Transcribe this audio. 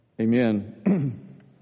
amen